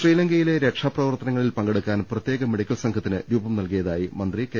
ശ്രീലങ്കയിലെ രക്ഷാപ്രവർത്തനങ്ങളിൽ പങ്കെടുക്കാൻ പ്രത്യേക മെഡിക്കൽ സംഘത്തിന് രൂപം നൽകിയതായി മന്ത്രി കെ